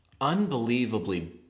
unbelievably